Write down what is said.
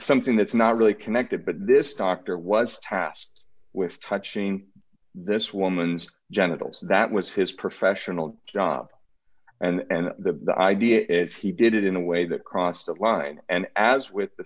something that's not really connected but this doctor was tasked with touching this woman's genitals that was his professional job and the idea is he did it in a way that crossed the line and as with the